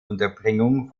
unterbringung